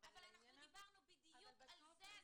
ודיברנו בדיוק על זה.